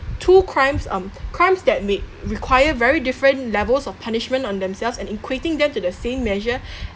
two crimes um crimes that may require very different levels of punishment on themselves and equating them to the same measure